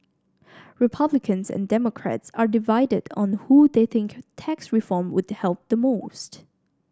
republicans and Democrats are divided on who they think tax reform would help the most